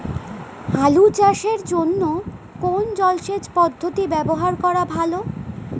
আলু চাষের জন্য কোন জলসেচ পদ্ধতি ব্যবহার করা ভালো?